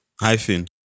Hyphen